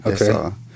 Okay